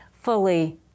fully